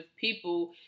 people